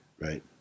Right